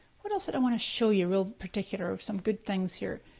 what else did i want to show you real particular of some good things here?